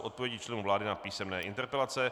Odpovědi členů vlády na písemné interpelace